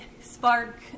spark